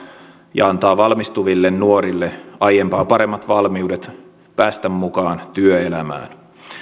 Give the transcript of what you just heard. ja antaa valmistuville nuorille aiempaa paremmat valmiudet päästä mukaan työelämään